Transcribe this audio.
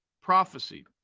prophecy